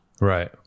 Right